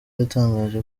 yatangaje